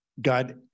God